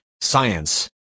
science